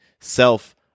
self